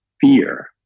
fear